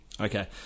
Okay